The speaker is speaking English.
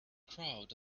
crowd